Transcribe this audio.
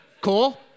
Cool